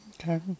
Okay